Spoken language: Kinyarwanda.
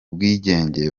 bwigenge